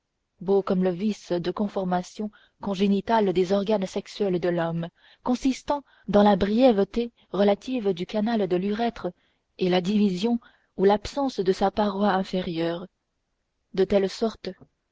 beau comme le vice de conformation congénital des organes sexuels de l'homme consistant dans la brièveté relative du canal de l'urètre et la division ou l'absence de sa paroi inférieure de telle sorte